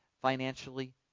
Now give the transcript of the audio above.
financially